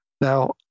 Now